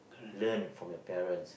learn from your parents